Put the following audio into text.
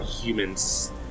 humans